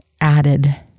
added